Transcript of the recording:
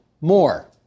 more